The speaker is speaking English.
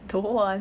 don't want